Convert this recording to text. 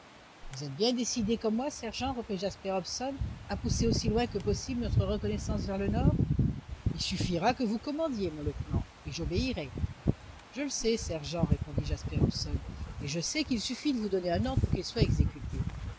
vous êtes bien décidé comme moi sergent reprit jasper hobson à pousser aussi loin que possible notre reconnaissance vers le nord il suffira que vous commandiez mon lieutenant et j'obéirai je le sais sergent répondit jasper hobson je sais qu'il suffit de vous donner un ordre pour qu'il soit exécuté